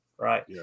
right